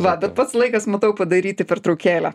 va bet pats laikas matau padaryti pertraukėlę